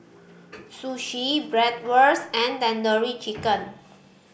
Sushi Bratwurst and Tandoori Chicken